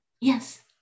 Yes